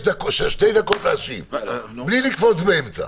ואף אחד מהממשלה לא בא אליהם: לכו לוועדה ותוציאו סמכויות מהוועדה.